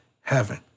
heaven